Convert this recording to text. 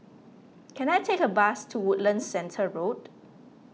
can I take a bus to Woodlands Centre Road